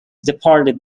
departed